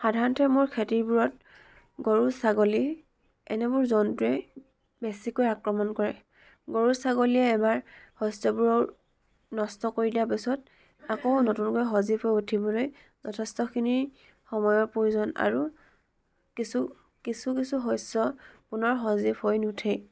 সাধাৰণতে মোৰ খেতিবোৰত গৰু ছাগলী এনেবোৰ জন্তুৱে বেছিকৈ আক্ৰমণ কৰে গৰু ছাগলীয়ে এবাৰ শস্যবোৰৰ নষ্ট কৰি দিয়াৰ পাছত আকৌ নতুনকৈ সজীৱ হৈ উঠিবলৈ যথেষ্টখিনি সময়ৰ প্ৰয়োজন আৰু কিছু কিছু কিছু শস্য পুনৰ সজীৱ হৈ নুঠেই